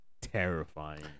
terrifying